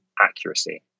accuracy